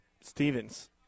Stevens